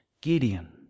Gideon